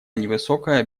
невысокая